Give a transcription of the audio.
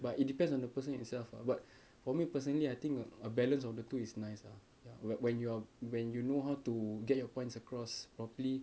but it depends on the person itself lah but for me personally I think a a balance of the two is nice ah ya whe~ when you are when you know how to get your points across properly